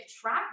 track